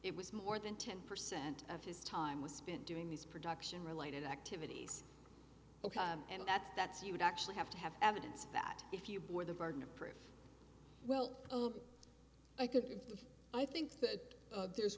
it was more than ten percent of his time was spent doing these production related activities and that's that's you would actually have to have evidence that if you bore the burden of proof well i could i think that there's